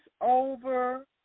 over